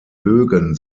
bögen